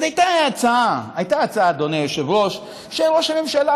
הייתה הצעה, אדוני היושב-ראש, שראש הממשלה,